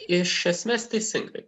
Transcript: iš esmės teisingai